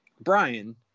Brian